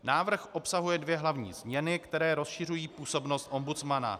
Návrh obsahuje dvě hlavní změny, které rozšiřují působnost ombudsmana.